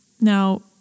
Now